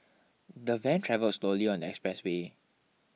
the van travelled slowly on the expressway